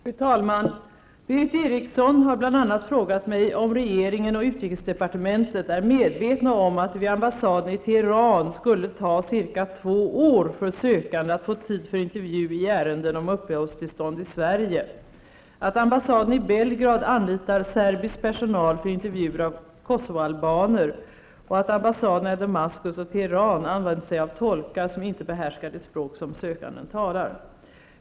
Fru talman! Berith Eriksson har bl.a. frågat mig om regeringen och utrikesdepartementet är medvetna om att det vid ambassaden i Teheran skulle ta cirka två år för sökande att få tid för intervju i ärenden om uppehållstillstånd i Sverige, att ambassaden i Belgrad anlitar serbisk personal för intervjuer av kosovoalbaner och att ambassaderna i Damaskus och Teheran använt sig av tolkar som inte behärskar det språk som sökanden talar.